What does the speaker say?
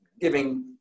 giving